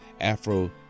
Afro